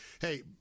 hey